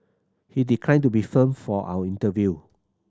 he declined to be filmed for our interview